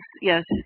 yes